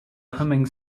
humming